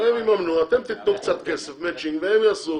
והם יממנו, אתם תתנו קצת כסף, מצ'ינג, והם יעשו,